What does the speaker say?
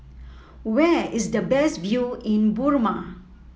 where is the best view in Burma